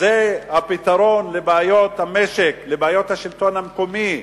זה הפתרון לבעיות המשק, לבעיות השלטון המקומי,